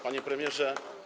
Panie Premierze!